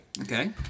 Okay